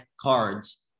cards